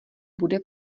bude